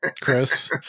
Chris